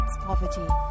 Poverty